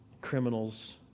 criminals